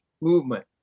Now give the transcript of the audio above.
movement